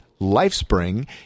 LIFESPRING